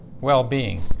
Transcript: well-being